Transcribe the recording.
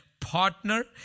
partner